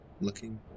looking